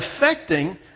affecting